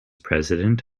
president